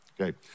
okay